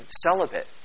celibate